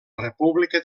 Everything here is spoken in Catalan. república